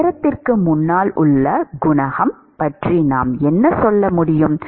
நேரத்திற்கு முன்னால் உள்ள குணகம் பற்றி நாம் என்ன சொல்ல முடியும்